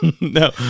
No